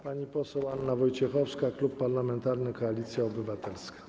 Pani poseł Anna Wojciechowska, Klub Parlamentarny Koalicja Obywatelska.